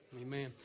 amen